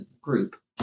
group